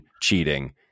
cheating